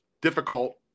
difficult